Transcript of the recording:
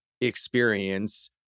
experience